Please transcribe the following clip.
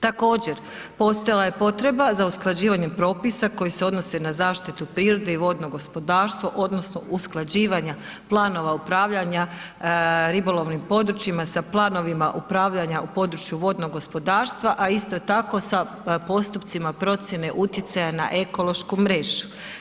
Također, postojala je potreba za usklađivanjem propisa koji se odnose na zaštitu prirode i vodno gospodarstvo odnosno usklađivanja planova upravljanja ribolovnim područjima sa planovima upravljanja u području vodnog gospodarstva, a isto tako sa postupcima procjene utjecaja na ekološku mrežu.